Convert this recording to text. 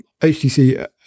HTC